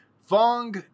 Fong